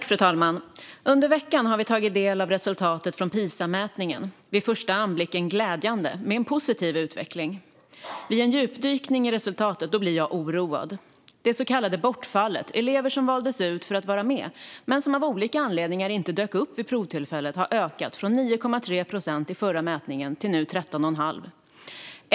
Fru talman! Under veckan har vi tagit del av resultatet från PISA-mätningen. Vid första anblicken är den glädjande med en positiv utveckling. Vid en djupdykning i resultatet blir jag oroad. Det så kallade bortfallet, elever som valdes ut för att vara med men som av olika anledningar inte dök upp vid provtillfället, har ökat från 9,3 procent i förra mätningen till 13,5 procent nu.